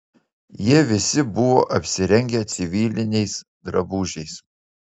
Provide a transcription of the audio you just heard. jie visi buvo apsirengę civiliniais drabužiais